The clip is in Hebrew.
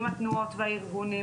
עם התנועות והארגונים,